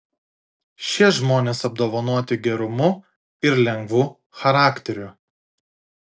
šie žmonės apdovanoti gerumu ir lengvu charakteriu